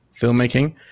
filmmaking